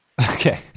Okay